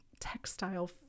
textile